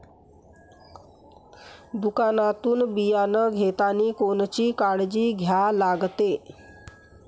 दुकानातून बियानं घेतानी कोनची काळजी घ्या लागते?